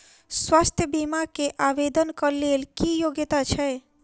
स्वास्थ्य बीमा केँ आवेदन कऽ लेल की योग्यता छै?